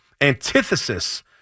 antithesis